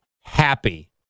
happy